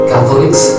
Catholics